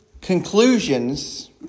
conclusions